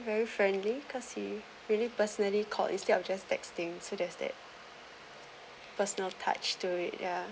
very friendly cause he really personally called instead of just texting so there's that personal touch to it ya